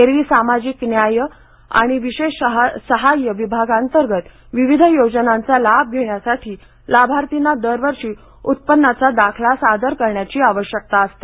एरवी सामाजिक न्याय आणि विशेष सहाय्य विभागांतर्गत विविध योजनांचा लाभ घेण्यासाठी लाभार्थींना दरवर्षी उत्पन्नाचा दाखला सादर करण्याची आवश्यकता असते